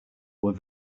were